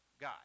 guy